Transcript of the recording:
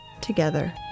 together